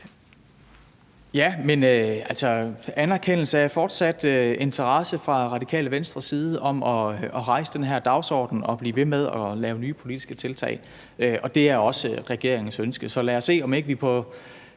er en anerkendelse af fortsat interesse fra Radikale Venstres side for at rejse den her dagsorden og blive ved med at lave nye politiske tiltag. Det er også regeringens ønske, så lad os se, om ikke vi på